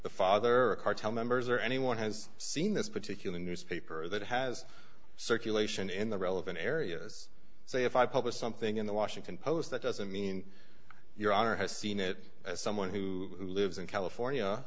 the father cartel members or anyone has seen this particular newspaper that has circulation in the relevant areas so if i publish something in the washington post that doesn't mean your honor has seen it as someone who lives in california